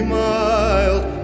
mild